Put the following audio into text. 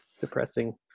depressing